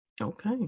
Okay